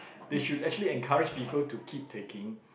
they should actually encourage people to keep taking